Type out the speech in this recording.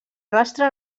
rastre